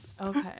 Okay